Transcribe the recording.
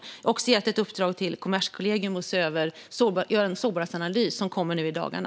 Jag har också gett ett uppdrag till Kommerskollegium att göra en sårbarhetsanalys, som kommer nu i dagarna.